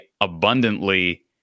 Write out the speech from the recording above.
abundantly